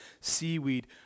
seaweed